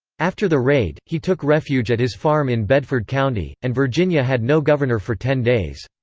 after the raid, he took refuge at his farm in bedford county, and virginia had no governor for ten days.